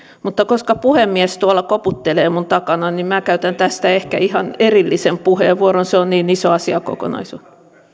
mutta koska puhemies tuolla koputtelee minun takanani niin minä käytän tästä ehkä ihan erillisen puheenvuoron se on niin iso asiakokonaisuus